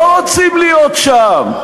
לא רוצים להיות שם.